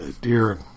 dear